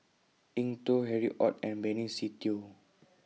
Eng Tow Harry ORD and Benny Se Teo